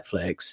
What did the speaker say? netflix